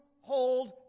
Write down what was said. hold